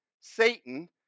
Satan